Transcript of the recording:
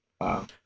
Wow